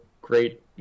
great